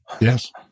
Yes